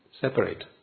Separate